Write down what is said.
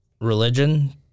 religion